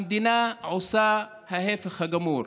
המדינה עושה ההפך הגמור.